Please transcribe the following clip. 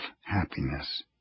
happiness